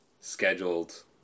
scheduled